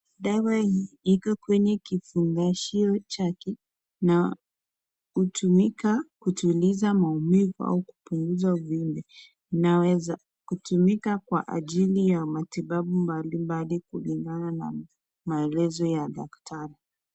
Dawa hii iko kwenye kifungashio chake, na hutumika kutuliza maumivu au kupunguza uvimbe. Inaweza kutumika kwa ajili ya matibabu mbali mbali kulingana na maelezo ya daktari.